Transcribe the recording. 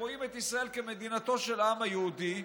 שרואים את ישראל כמדינתו של העם היהודי,